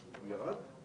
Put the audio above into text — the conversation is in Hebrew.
אני מחדד.